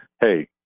hey